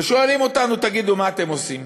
ושואלים אותנו: תגידו, מה אתם עושים?